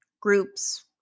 groups